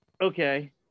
Okay